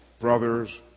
Brothers